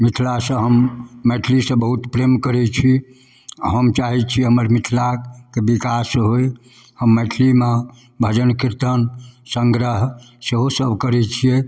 मिथिलासँ हम मैथिलीसँ बहुत प्रेम करै छी आओर हम चाहै छी हमर मिथिलाके विकास होइ हम मैथिलीमे भजन कीर्तन संग्रह सेहोसब करै छिए